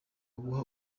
guha